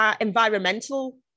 environmental